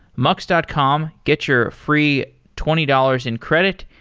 mux dot com, get your free twenty dollars in credit,